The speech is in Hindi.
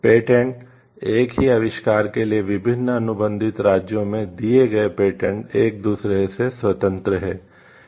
पेटेंट एक ही आविष्कार के लिए विभिन्न अनुबंधित राज्यों में दिए गए पेटेंट एक दूसरे से स्वतंत्र हैं